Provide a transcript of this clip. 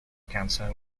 cancer